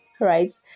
right